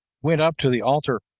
went up to the altar,